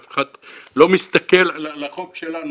אף אחד לא מסתכל על החוק שלנו,